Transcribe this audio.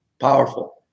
powerful